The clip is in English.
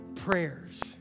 Prayers